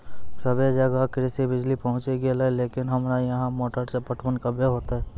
सबे जगह कृषि बिज़ली पहुंची गेलै लेकिन हमरा यहाँ मोटर से पटवन कबे होतय?